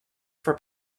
for